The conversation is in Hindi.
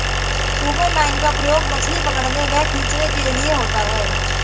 सुपरलाइन का प्रयोग मछली पकड़ने व खींचने के लिए होता है